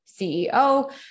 CEO